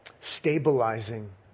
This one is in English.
stabilizing